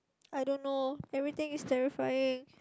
I don't know everything is terrifying